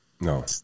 No